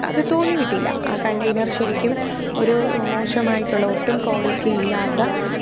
അത് തോന്നിയിട്ടില്ല ആ കണ്ടേയ്നർ ശരിക്കും ഒരു മോശമായിട്ടുള്ള ഒട്ടും ക്വാളിറ്റി ഇല്ലാത്ത